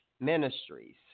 Ministries